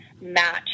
match